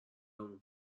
اون